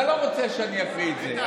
אתה לא רוצה שאני אקריא את זה.